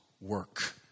work